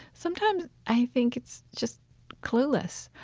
sometimes i think it's just clueless.